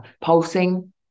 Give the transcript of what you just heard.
pulsing